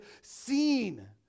seen